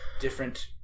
different